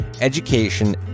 education